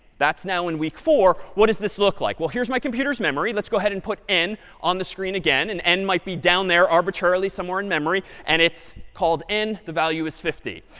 that's now in week four. what does this look like? well, my computer's memory. let's go ahead and put n on the screen again. and n might be down there arbitrarily somewhere in memory. and it's called n, the value is fifty.